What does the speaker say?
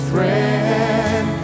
Friend